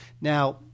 Now